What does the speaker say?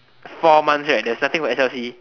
four months right there's nothing for s_l_c